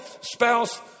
spouse